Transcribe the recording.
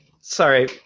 sorry